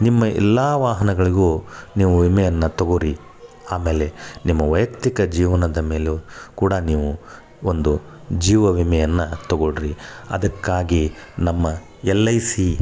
ನಿಮ್ಮ ಎಲ್ಲ ವಾಹನಗಳಿಗೂ ನೀವು ವಿಮೆಯನ್ನು ತೊಗೊಳ್ರೀ ಆಮೇಲೆ ನಿಮ್ಮ ವೈಯಕ್ತಿಕ ಜೀವನದ ಮೇಲೂ ಕೂಡ ನೀವು ಒಂದು ಜೀವ ವಿಮೆಯನ್ನು ತೊಗೊಳ್ಳಿರಿ ಅದಕ್ಕಾಗಿ ನಮ್ಮ ಎಲ್ ಐ ಸಿ